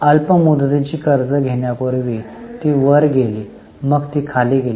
अल्प मुदतीची कर्ज घेण्यापूर्वी ती वर गेली मग ती खाली गेली